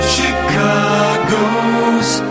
Chicago's